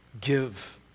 give